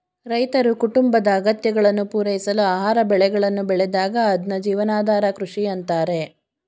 ರೈತರು ಕುಟುಂಬದ ಅಗತ್ಯಗಳನ್ನು ಪೂರೈಸಲು ಆಹಾರ ಬೆಳೆಗಳನ್ನು ಬೆಳೆದಾಗ ಅದ್ನ ಜೀವನಾಧಾರ ಕೃಷಿ ಅಂತಾರೆ